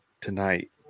tonight